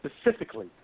specifically